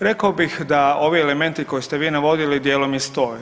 Rekao bih da ovi elementi koje ste vi navodili djelom i stoje.